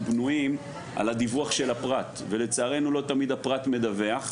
תלויים על הדיווח של הפרט ולצערנו לא תמיד הפרט מדווח.